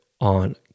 on